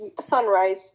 sunrise